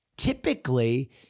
Typically